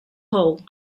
hole